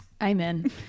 Amen